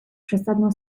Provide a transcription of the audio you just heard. przesadną